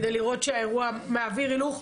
כדי לראות שהאירוע מעביר הילוך,